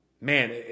man